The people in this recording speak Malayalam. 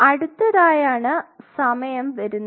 അടുത്തതായി ആണ് സമയം വരുന്നത്